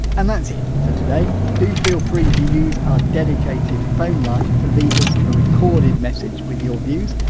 and that's it for today, do feel free to use our dedicated phone line to leave us a recorded message with your views,